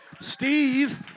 Steve